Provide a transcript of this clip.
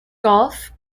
golf